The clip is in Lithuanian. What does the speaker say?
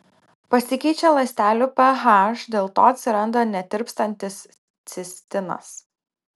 pasikeičia ląstelių ph dėl to atsiranda netirpstantis cistinas